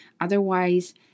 otherwise